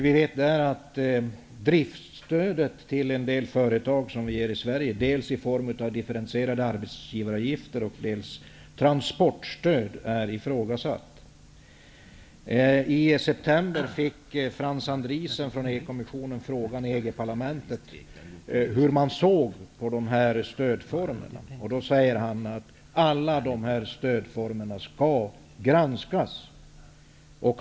Vi vet att det driftsstöd som vi i Sverige ger till en del företag, dels i form av differentierade arbetsgivaravgifter och dels i form av transportstöd, är ifrågasatt. kommissionen i EG-parlamentet frågan hur kommissionen ser på dessa stödformer. Han sade då att alla dessa stödformer skall granskas.